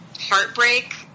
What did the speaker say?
heartbreak